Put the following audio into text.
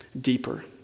deeper